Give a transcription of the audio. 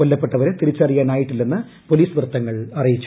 കൊല്ലപ്പെട്ടവരെ തിരിച്ചറിയാനായിട്ടില്ലെന്ന് പോലീസ് വൃത്തങ്ങൾ അറിയിച്ചു